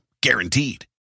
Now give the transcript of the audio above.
Guaranteed